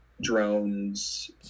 drones